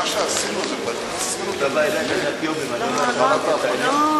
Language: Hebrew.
מה שעשינו, עשינו את המבנה בקבלת ההחלטה.